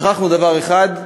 שכחנו דבר אחד.